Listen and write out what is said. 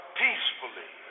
peacefully